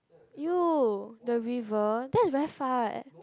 !eww! the river that's very far eh